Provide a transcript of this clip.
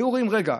היו רואים: רגע,